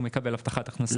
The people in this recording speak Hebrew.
כשהוא מקבל הבטחת הכנסה.